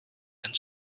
and